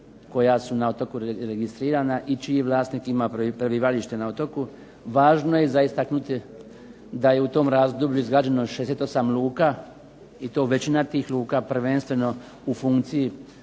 koja su na otoku registrirana i čiji vlasnik ima prebivalište na otoku. Važno je za istaknuti da je u tom razdoblju izgrađeno 68 luka i to većina tih luka prvenstveno u funkciji